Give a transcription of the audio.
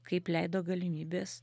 kaip leido galimybės